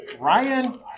Ryan